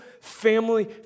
family